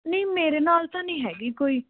ਨਹੀਂ ਮੇਰੇ ਨਾਲ ਤਾਂ ਨਹੀਂ ਹੈਗੀ ਕੋਈ